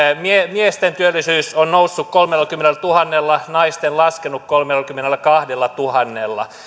miesten työllisyys on noussut kolmellakymmenellätuhannella naisten laskenut kolmellakymmenelläkahdellatuhannella